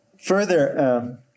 further